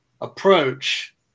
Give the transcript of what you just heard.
approach